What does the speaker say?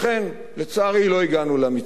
לכן, לצערי, לא הגענו למתווה,